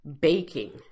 baking